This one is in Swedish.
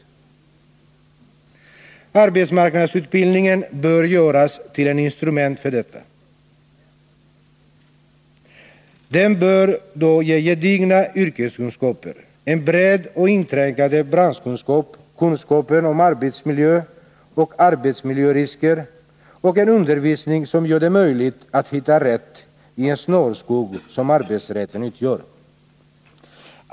AMU-utbildningen bör göras till ett instrument för detta. Den bör då ge gedigna yrkeskunskaper, en bred och inträngande branschkunskap, kunskaper om arbetsmiljö och arbetsmiljörisker och en undervisning som gör det möjligt att hitta rätt i den snårskog som arbetsrätten utgör.